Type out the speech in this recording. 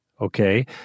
Okay